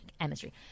chemistry